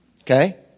Okay